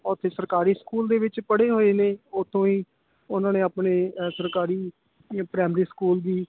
ਉੱਥੇ ਸਰਕਾਰੀ ਸਕੂਲ ਦੇ ਵਿੱਚ ਪੜ੍ਹੇ ਹੋਏ ਨੇ ਉੱਥੋਂ ਹੀ ਉਨ੍ਹਾਂ ਨੇ ਆਪਣੇ ਸਰਕਾਰੀ ਪ੍ਰਾਇਮਰੀ ਸਕੂਲ ਦੀ